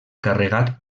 carregat